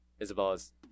Isabella's